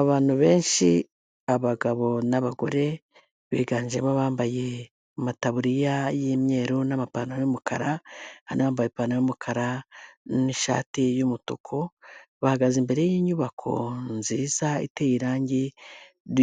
Abantu benshi abagabo n'abagore, biganjemo abambaye amataburiya y'umweru n'amapantaro y'umukara, hari n'uwambaye ipantaro y'umukara n'ishati y'umutuku, bahagaze imbere y'inyubako nziza iteye irangi